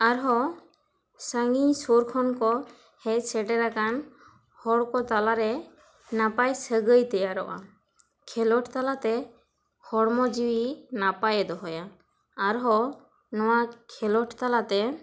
ᱟᱨᱦᱚᱸ ᱥᱟᱺᱜᱤᱧ ᱥᱩᱨ ᱠᱷᱚᱱ ᱠᱚ ᱦᱮᱡ ᱥᱮᱴᱮᱨ ᱟᱠᱟᱱ ᱦᱚᱲ ᱠᱚ ᱛᱟᱞᱟ ᱨᱮ ᱱᱟᱯᱟᱭ ᱥᱟᱹᱜᱟᱹᱭ ᱛᱮᱭᱟᱨᱚᱜᱼᱟ ᱠᱷᱮᱞᱳᱰ ᱛᱟᱞᱟ ᱛᱮ ᱦᱚᱲᱢᱚ ᱡᱤᱣᱤ ᱱᱟᱯᱟᱭ ᱮ ᱫᱚᱦᱚᱭᱟ ᱟᱨ ᱦᱚᱸ ᱱᱚᱣᱟ ᱠᱷᱮᱞᱚᱰ ᱛᱟᱞᱟ ᱛᱮ